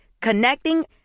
Connecting